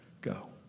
go